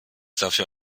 dafür